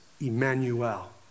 Emmanuel